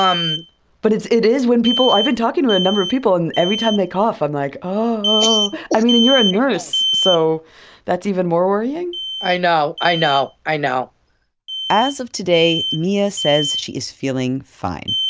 um but it is when people i've been talking to a number of people, and every time they cough, i'm like, oh. i mean, and you're a nurse, so that's even more worrying i know. i know. i know as of today, mia says she is feeling fine.